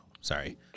Sorry